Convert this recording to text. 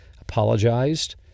apologized